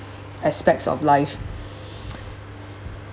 aspects of life